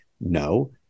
No